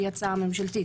שהיא הצעה ממשלתית,